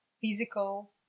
physical